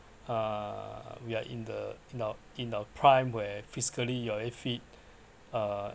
uh we are in the in our in our prime where physically we‘re very fit uh